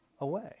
away